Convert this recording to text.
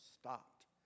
stopped